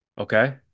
Okay